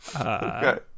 Okay